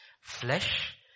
Flesh